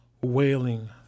wailing